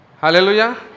Hallelujah